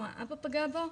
או האבא פגע בו,